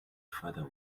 further